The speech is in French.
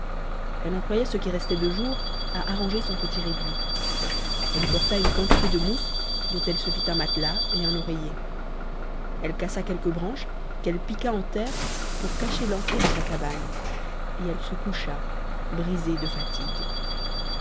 elle employa ce qui restait de jour à arranger son petit réduit elle y porta une quantité de mousse dont elle se fit un matelas et un oreiller elle cassa quelques branches qu'elle piqua en terre pour cacher l'entrée de sa cabane et elle se coucha brisée de fatigue